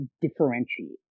differentiate